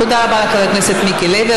תודה רבה לחבר הכנסת מיקי לוי.